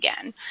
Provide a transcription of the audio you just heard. again